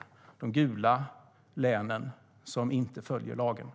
Det gäller de gula länen som inte följer lagen.